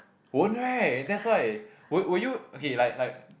won't right that's why would would you okay like like